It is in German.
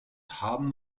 haben